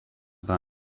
war